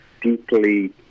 deeply